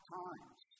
times